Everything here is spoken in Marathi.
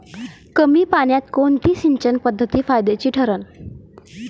कमी पान्यात कोनची सिंचन पद्धत फायद्याची ठरन?